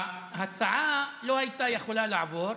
וההצעה לא הייתה יכולה לעבור